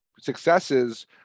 successes